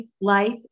Life